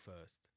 first